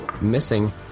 missing